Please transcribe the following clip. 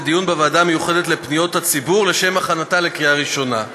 לדיון בוועדה המיוחדת לפניות הציבור לשם הכנתה לקריאה ראשונה.